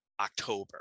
October